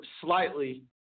slightly